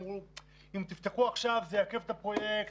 אמרו שאם תפתחו עכשיו זה יעכב את הפרויקט.